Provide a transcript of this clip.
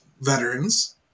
veterans